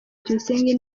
tuyisenge